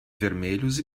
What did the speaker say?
vermelhos